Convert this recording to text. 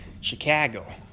Chicago